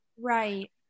right